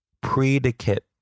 Predicate